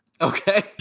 Okay